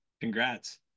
congrats